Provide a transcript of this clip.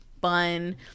bun